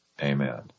amen